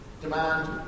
demand